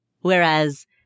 Whereas